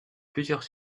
plusieurs